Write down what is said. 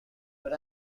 but